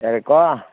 ꯌꯥꯔꯦꯀꯣ